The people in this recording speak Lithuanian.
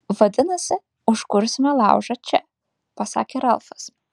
vadinasi užkursime laužą čia pasakė ralfas